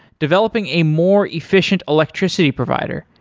developing a more efficient electricity provider,